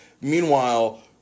Meanwhile